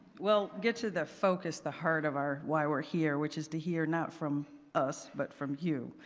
we'll get to the focus, the heart of our why we're here which is to hear not from us but from you.